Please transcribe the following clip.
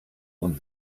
und